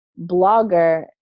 blogger